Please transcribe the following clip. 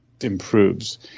improves